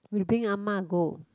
we bring Ah-Ma go